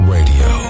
Radio